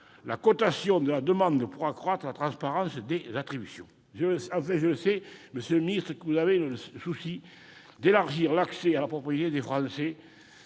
la cotation de la demande pour accroître la transparence des attributions. Enfin, monsieur le ministre, je vous sais soucieux d'élargir l'accès à la propriété des Français,